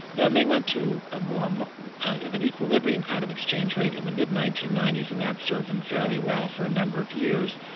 then they went to ah more of an equilibrium kind of exchange rate in the mid nineteen ninety s and that served them fairly well for a number of years.